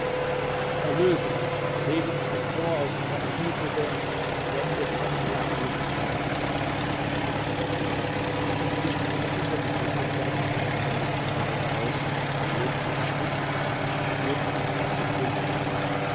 erlöse mich hebe mich empor aus meiner erniedrigung und wende von mir alle pein und qual inzwischen zog ihm der gefängniswärter seine reinlichen kleider aus und legte ihm schmutzige an und führte ihn vor den vezier